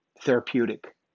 therapeutic